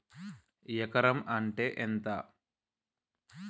ఎకరం అంటే ఎంత?